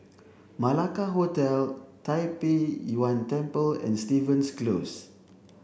Malacca Hotel Tai Pei Yuen Temple and Stevens Close